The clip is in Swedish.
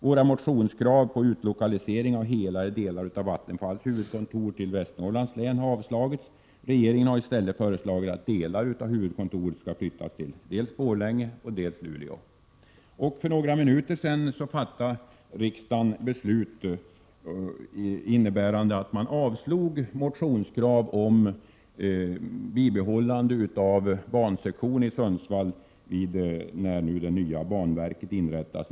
Våra motionskrav på utlokalisering av hela eller av delar av Vattenfalls huvudkontor till Västernorrlands län har avstyrkts. Regeringen har i stället föreslagit att delar av huvudkontoret skall flyttas dels till Borlänge, dels till Luleå. För några minuter sedan fattade riksdagen ett beslut som innebär att man avslagit motionskrav om ett bibehållande av bansektionen i Sundsvall när det nya banverket inrättas.